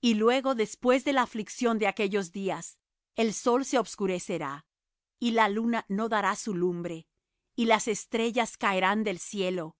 y luego después de la aflicción de aquellos días el sol se obscurecerá y la luna no dará su lumbre y las estrellas caerán del cielo